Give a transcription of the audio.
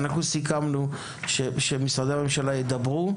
אנחנו סיכמנו שמשרדי הממשלה ידברו,